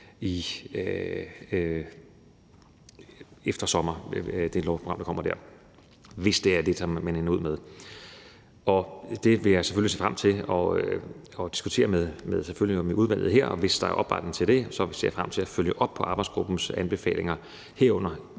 efter sommer – hvis det er det, man ender ud med. Det vil jeg selvfølgelig se frem til at diskutere med udvalget, og hvis der er opbakning til det, ser jeg frem til at følge op på arbejdsgruppens anbefalinger, herunder